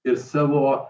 ir savo